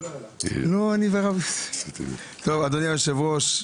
אדוני היושב-ראש,